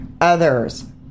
others